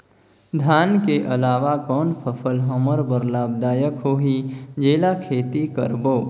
धान के अलावा कौन फसल हमर बर लाभदायक होही जेला खेती करबो?